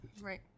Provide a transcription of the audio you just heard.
Right